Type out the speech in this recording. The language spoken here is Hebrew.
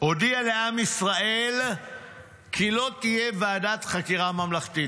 הודיעה לעם ישראל כי לא תהיה ועדת חקירה ממלכתית.